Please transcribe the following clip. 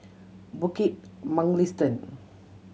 Bukit Mugliston